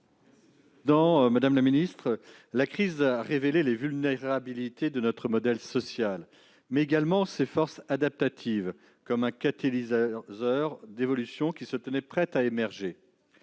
Madame la secrétaire d'État, la crise a révélé les vulnérabilités de notre modèle social, mais également ses forces adaptatives, comme un catalyseur d'évolutions prêtes à émerger.